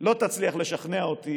לא תצליח לשכנע אותי